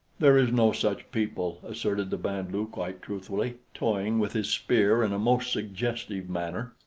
there is no such people, asserted the band-lu quite truthfully, toying with his spear in a most suggestive manner.